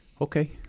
Okay